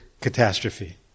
catastrophe